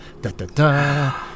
da-da-da